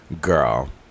Girl